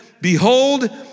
Behold